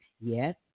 yes